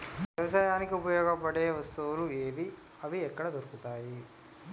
వ్యవసాయానికి ఉపయోగపడే వస్తువులు ఏవి ఎక్కడ దొరుకుతాయి?